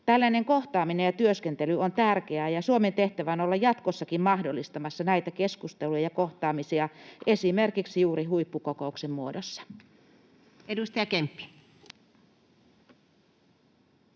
Tällainen kohtaaminen ja työskentely on tärkeää, ja Suomen tehtävä on olla jatkossakin mahdollistamassa näitä keskusteluja ja kohtaamisia esimerkiksi juuri huippukokouksen muodossa. Edustaja Kemppi.